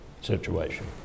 situation